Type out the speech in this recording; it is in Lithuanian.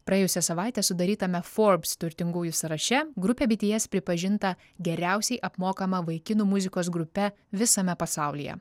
praėjusią savaitę sudarytame forbes turtingųjų sąraše grupė bts pripažinta geriausiai apmokama vaikinų muzikos grupe visame pasaulyje